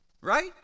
Right